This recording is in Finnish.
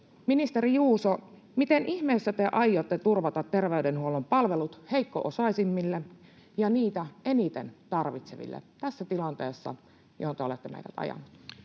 Ministeri Juuso, miten ihmeessä te aiotte turvata terveydenhuollon palvelut heikko-osaisimmille ja niitä eniten tarvitseville tässä tilanteessa, johon te olette meidät ajanut?